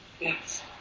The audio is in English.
Yes